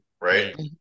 right